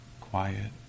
quiet